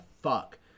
fuck